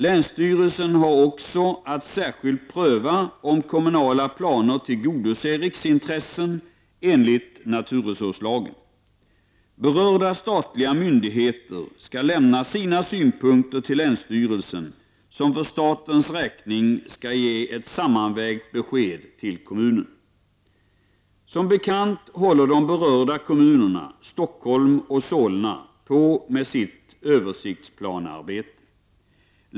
Länsstyrelsen har också att särskilt pröva om kommunala planer tillgodoser riksintressen enligt naturresurslagen. Berörda statliga myndigheter skall lämna sina synpunkter till länsstyrelsen, som för statens räkning skall ge ett sammanvägt besked till kommunen. Som bekant håller de berörda kommunerna, Stockholms kommun och Solna kommun, på med översiktsplanearbete.